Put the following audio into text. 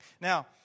Now